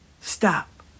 stop